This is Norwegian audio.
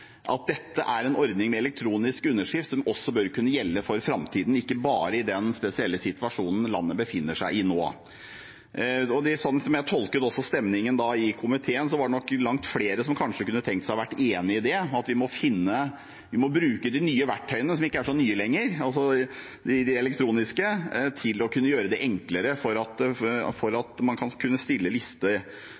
elektronisk underskrift også bør kunne gjelde for framtiden, ikke bare i den spesielle situasjonen landet befinner seg i nå. Slik jeg da tolket stemningen i komiteen, var det nok langt flere som kanskje kunne tenkt seg å være enig i at vi må bruke de nye elektroniske verktøyene, som ikke er så nye lenger, til å gjøre det enklere å kunne stille liste til stortingsvalg, til sametingsvalg og også til andre lokalvalg, osv. Da jeg hadde denne merknaden, hadde vi en liten debatt knyttet til det, og jeg konstaterte at